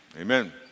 Amen